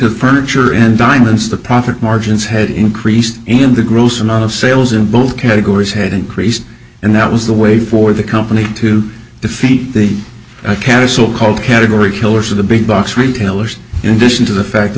the furniture in diamonds the profit margins had increased in the gross amount of sales in both categories had increased and that was the way for the company to defeat the cattle call category killers of the big box retailers in addition to the fact that